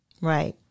Right